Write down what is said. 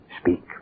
Speak